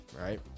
right